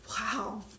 wow